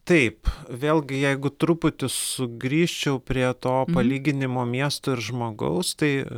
taip vėlgi jeigu truputį sugrįžčiau prie to palyginimo miesto ir žmogaus tai